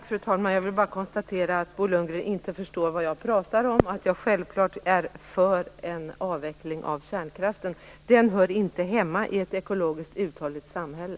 Fru talman! Jag vill bara konstatera att Bo Lundgren inte förstår vad jag talar om. Självfallet är jag för en avveckling av kärnkraften. Den hör inte hemma i ett ekologiskt uthålligt samhälle.